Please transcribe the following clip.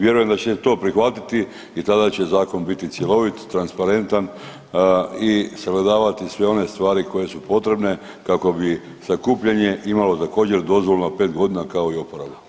Vjerujem da ćete i to prihvatiti i tada će zakon biti cjelovit, transparentan i sagledavati sve one stvari koje su potrebne kako bi sakupljanje imalo također dozvolu na pet godina kao i uporaba.